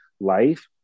life